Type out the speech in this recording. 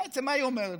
בעצם מה היא אומרת?